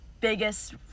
biggest